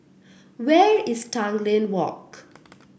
where is Tanglin Walk